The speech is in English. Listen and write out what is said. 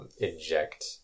inject